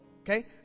Okay